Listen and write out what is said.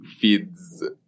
feeds